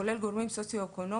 כולל גורמים סוציו-אקונומיים,